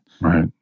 Right